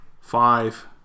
five